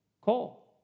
call